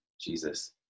Jesus